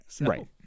Right